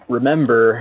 Remember